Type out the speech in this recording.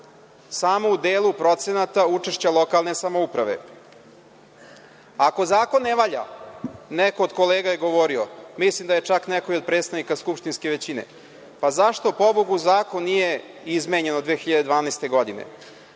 samo u delu procenata učešća lokalne samouprave. Ako zakon ne valja, neko od kolega je govorio, mislim da je čak neko od predstavnika skupštinske većine, zašto zakon nije izmenjen od 2012. godine?